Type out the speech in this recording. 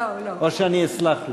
או שאני אסלח לו?